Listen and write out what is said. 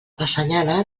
assenyala